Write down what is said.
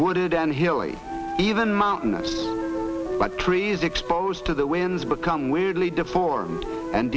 wooded and hilly even mountainous but trees exposed to the winds become weirdly deformed and